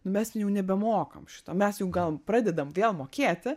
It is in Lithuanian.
nu mes jau nebemokam šito mes jau gal pradedam vėl mokėti